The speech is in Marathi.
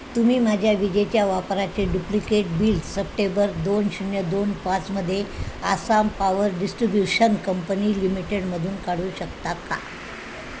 तुम्ही माझ्या विजेच्या वापराचे डुप्लिकेट बिल सप्टेबर दोन शून्य दोन पाचमध्ये आसाम पावर डिस्ट्रिब्युशन कंपनी लिमिटेडमधून काढू शकता का